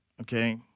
okay